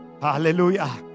Hallelujah